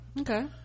okay